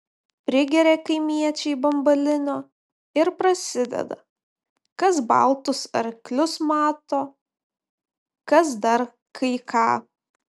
prigeria kaimiečiai bambalinio ir prasideda kas baltus arklius mato kas dar kai ką